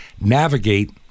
navigate